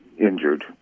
injured